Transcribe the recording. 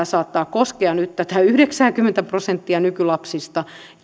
saattaa koskea nyt tätä yhdeksääkymmentä prosenttia nykylapsista